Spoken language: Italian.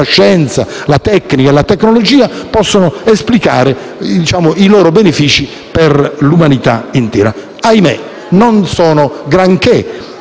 la scienza, la tecnica e la tecnologia possono esplicare i loro benefici per l'umanità intera. Ahimè, non sono granché